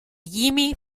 jimmy